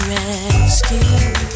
rescue